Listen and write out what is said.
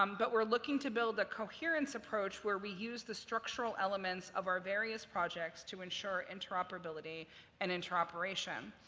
um but we're looking to build a coherence approach where we use the structural elements of our various projects to ensure interoperability and interoperation.